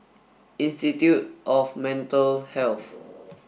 institute of Mental Health